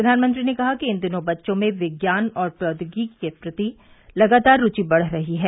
प्रधानमंत्री ने कहा कि इन दिनों बच्चों में विज्ञान और प्रौद्योगिकी के प्रति लगातार रूचि बढ़ रही है